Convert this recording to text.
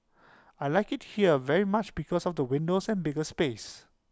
I Like IT here very much because of the windows and bigger space